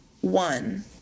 One